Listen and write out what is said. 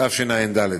תשע"ד.